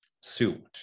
suit